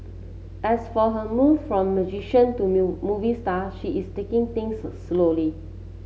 as for her move from musician to new movie star she is taking things slowly